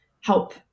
help